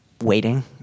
waiting